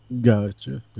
gotcha